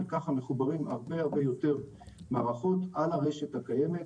וככה מחוברות הרבה יותר מערכות על הרשת הקיימת.